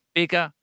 bigger